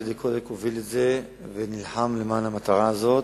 טדי קולק הוביל את זה ונלחם למען המטרה הזאת.